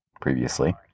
previously